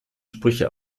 sprüche